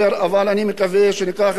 וערוץ-10 יישאר.